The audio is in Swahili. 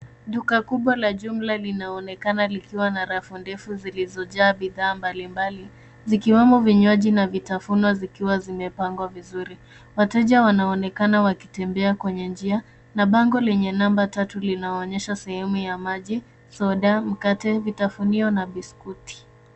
Duka kubwa la jumla linaonekana likiwa na rafu ndefu zilizojaa bidhaa mbalimbali zikiwemo vinywaji ni vitafuno zikiwa zimepangwa vizuri wateje wanaonekana wakitembea kwenye njia na bango lenye namba tatu linaonyesha sehemu ya maji soda mkate vitafunio na biskuti.